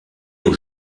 aux